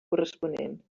corresponent